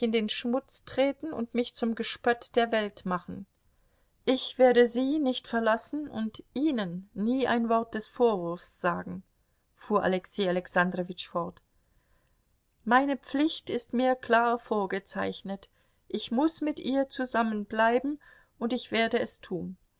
den schmutz treten und mich zum gespött der welt machen ich werde sie nicht verlassen und ihnen nie ein wort des vorwurfs sagen fuhr alexei alexandrowitsch fort meine pflicht ist mir klar vorgezeichnet ich muß mit ihr zusammenbleiben und ich werde es tun